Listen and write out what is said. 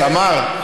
תמר,